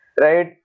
Right